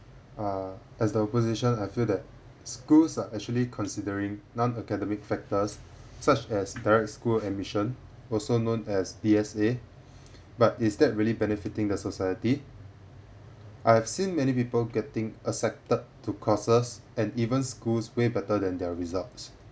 uh as the opposition I feel that schools are actually considering non academic factors such as direct school admission also known as D_S_A but is that really benefiting the society I've seen many people getting accepted to courses and even schools way better than their results